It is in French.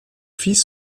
fils